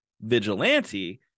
vigilante